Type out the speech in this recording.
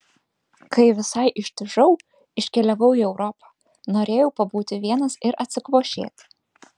kai visai ištižau iškeliavau į europą norėjau pabūti vienas ir atsikvošėti